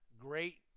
great